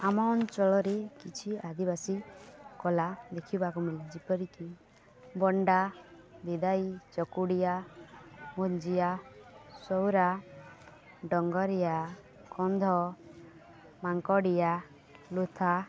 ଆମ ଅଞ୍ଚଳରେ କିଛି ଆଦିବାସୀ କଲା ଦେଖିବାକୁ ମିିଲେ ଯେପରିକି ବଣ୍ଡା ବିଦାଇ ଚକୁଡ଼ିଆ ଭୁଞ୍ଜିଆ ସଉରା ଡ଼ଙ୍ଗରିଆ କନ୍ଧ ମାଙ୍କଡ଼ିଆ ଲୁଥା